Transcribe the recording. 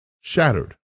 shattered